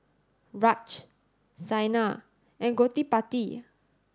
Raj Saina and Gottipati